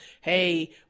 hey